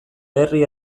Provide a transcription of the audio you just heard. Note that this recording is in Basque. herri